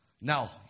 Now